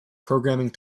programming